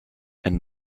and